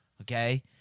okay